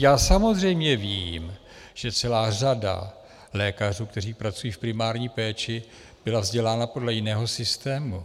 Já samozřejmě vím, že celá řada lékařů, kteří pracují v primární péči, byla vzdělána podle jiného systému.